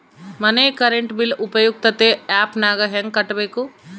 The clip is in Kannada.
ಮನೆ ಕರೆಂಟ್ ಬಿಲ್ ಉಪಯುಕ್ತತೆ ಆ್ಯಪ್ ನಾಗ ಹೆಂಗ ಕಟ್ಟಬೇಕು?